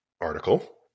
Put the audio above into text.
article